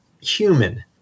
human